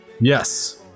Yes